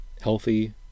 healthy